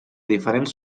diferents